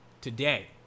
today